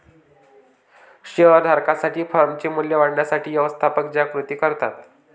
share धारकांसाठी फर्मचे मूल्य वाढवण्यासाठी व्यवस्थापक ज्या कृती करतात